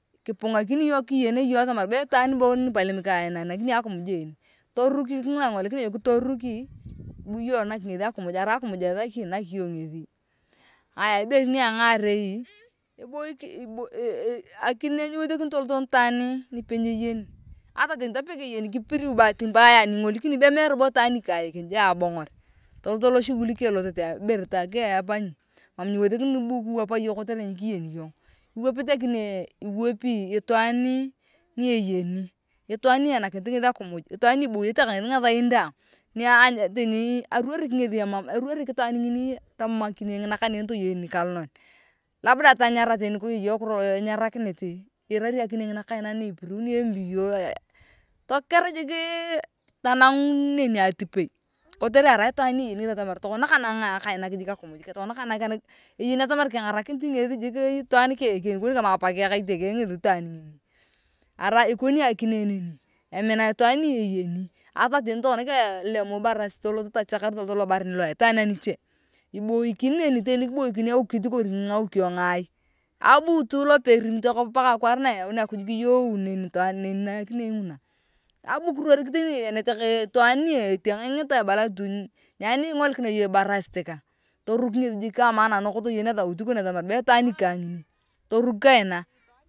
Kipungakin iyong kiyen ayong atamar be itwaan bo nipalem kainanakini akimuj een toruuk jik toruki bu iyong nak ngethi akimuj arai akimuj ethaki nak iyong ngeth aaya ibere niangarei eeeee eboikan akine nyiwothekini tolot nitwaani nipe nyeyeni ata ta nita peke yeni kipiriu bahati mbaya aningolikini be meere bo itaan nikang eken ja abong’or tolot lo shughuli keng ibere keng nita epanyi mam nyiwethekini bu kiwap iyong kotere mam nyikeyeni iyong iwopit akine iwepi itwaan ni eyeni itwaan ni einakinit ngethi akimuj itaan ni eboyete ka ngethi ngathan daang niaaaa teni erorik ngethi erurorik itaan ngini tamam akine ngina kaneni toyei nikalanon labda tonyerae teni kayei ekiro enyarakinitiii iirari akine ngina kaina na epiriuini embio toker jik tanang neni atipei kotere arai itwaan ni eyeni ngethi atamar tokana kanang kainakjik akimny tokona kanang eyeni atamar kengarakinit itwaan keng iken ikoni kama apakeng ka itokeng ngethi itwaan ngini arai ikoni akine neni amina itwaan ni eyeni ata teni tokona kilemuuu ibarasit tolot tochakar lobaren lua aitwaan aniche iboikin neni teni kiboikin awikit kiro ngawikio ngarei ori ngaai abu tui lope irimit akop paka akwaar na eyaunea akuj kiyowouu nakinei nguna abu kirorik teni iyaneto ka itwaan ni etiang ingita ebala tu nyani ni ingolikinia iyong ibarasit kang toruk ngethi jik kama a narok toyen ethaut kon atamar be itwaan ni ka ngini toruk kaina.